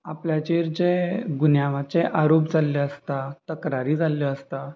आपल्याचेर जे गुन्यांवाचे आरोप जाल्ले आसता तक्रारी जाल्ल्यो आसता